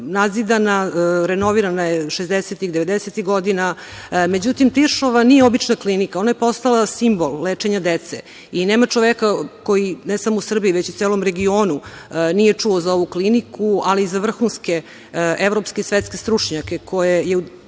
nadzidana, renovirana je 60-ih, 90-ih godina. Međutim, Tiršova nije obična klinika, ona je postala simbol lečenja dece i nema čoveka koji ne samo u Srbiji, već i u celom regionu nije čuo za ovu kliniku, ali za vrhunske evropske i svetske stručnjake koje je